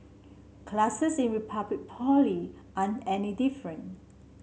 classes in Republic Poly aren't any different